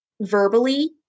verbally